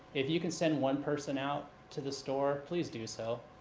if you can send one person out to the store, please do so!